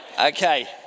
Okay